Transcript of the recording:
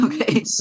Okay